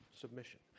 Submission